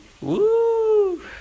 Woo